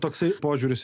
toksai požiūris